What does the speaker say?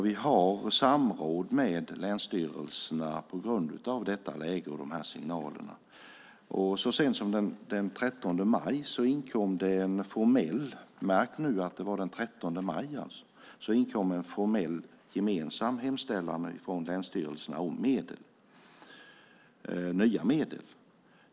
Vi har samråd med länsstyrelserna på grund av detta läge och signalerna. Så sent som den 13 maj - märk att det var den 13 maj - inkom en formell gemensam hemställan från länsstyrelserna om nya medel.